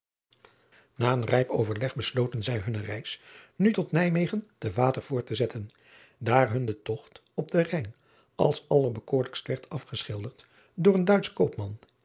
a een rijp overleg besloten zij hunne reis nu tot ijmegen te water voort te zetten daar hun de togt op den ijn als allerbekoorlijkst werd afgeschilderd door een uitsch